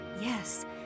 Yes